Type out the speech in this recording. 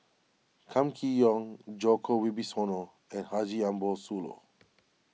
Kam Kee Yong Djoko Wibisono and Haji Ambo Sooloh